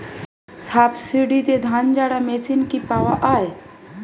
সাবসিডিতে ধানঝাড়া মেশিন কি পাওয়া য়ায়?